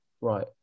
right